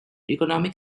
economic